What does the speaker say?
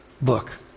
book